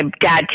dad